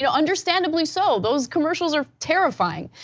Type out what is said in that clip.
you know understandably so, those commercials are terrifying.